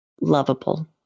lovable